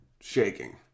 shaking